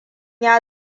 ya